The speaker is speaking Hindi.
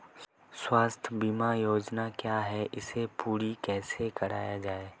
स्वास्थ्य बीमा योजना क्या है इसे पूरी कैसे कराया जाए?